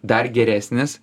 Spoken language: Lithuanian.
dar geresnis